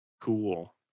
Cool